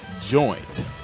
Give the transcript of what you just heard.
joint